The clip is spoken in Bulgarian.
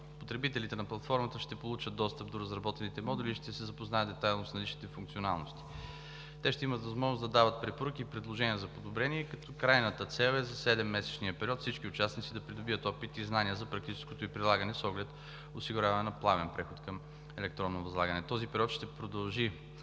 Потребителите на платформата ще получат достъп до разработените модули и ще се запознаят детайлно с наличните функционалности. Те ще имат възможност да дават препоръки и предложения за подобрение, като крайната цел е за 7-месечния период всички участници да придобият опит и знания за практическото ѝ прилагане с оглед осигуряване на плавен преход към електронно възлагане. Този период ще продължи